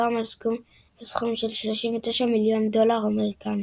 הפעם על סכום של 39 מיליון דולר אמריקני.